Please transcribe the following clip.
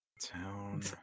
Town